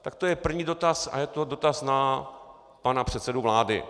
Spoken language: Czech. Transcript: Tak to je první dotaz a je to dotaz na pana předsedu vlády.